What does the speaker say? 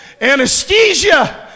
anesthesia